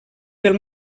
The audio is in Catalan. pel